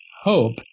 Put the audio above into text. hope